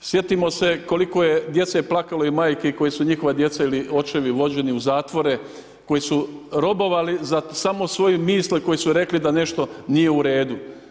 Sjetimo se koliko je djece plakalo i majki koje su njihova djeca ili očevi vođeni u zatvore, koji su robovali za samo svoje misli koje su rekli da nešto nije u redu.